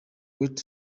kwetu